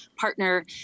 partner